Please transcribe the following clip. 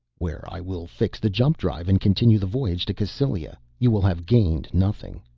where i will fix the jump drive and continue the voyage to cassylia. you will have gained nothing.